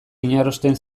inarrosten